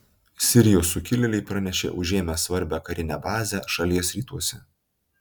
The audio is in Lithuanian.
sirijos sukilėliai pranešė užėmę svarbią karinę bazę šalies rytuose